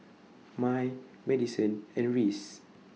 Mai Madison and Reece